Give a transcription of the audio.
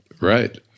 Right